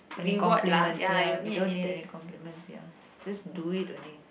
any compliments ya we don't need any compliments ya just do it only